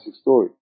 story